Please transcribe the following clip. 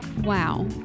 wow